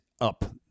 up